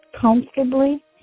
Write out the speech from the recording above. comfortably